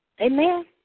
Amen